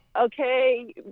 okay